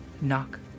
knock